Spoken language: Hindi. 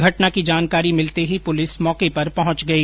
घटना की जानकारी मिलते ही पुलिस मौके पर पहुंच गई